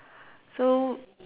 so